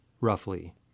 roughly